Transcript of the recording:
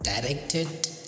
directed